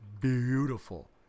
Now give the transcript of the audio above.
beautiful